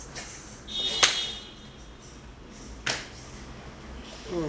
mm